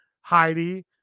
Heidi